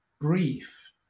brief